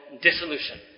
dissolution